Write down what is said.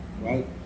right